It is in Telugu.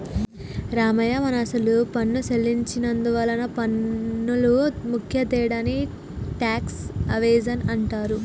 రామయ్య మనం అసలు పన్ను సెల్లించి నందువలన పన్నులో ముఖ్య తేడాని టాక్స్ ఎవేజన్ అంటారు